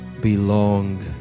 belong